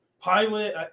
pilot